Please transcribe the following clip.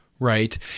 Right